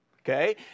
Okay